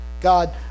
God